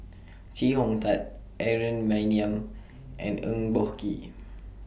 Chee Hong Tat Aaron Maniam and Eng Boh Kee